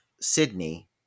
Sydney